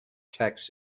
tax